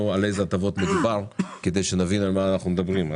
על איזה הטבות מדובר כדי שנבין על מה אנחנו מדברים.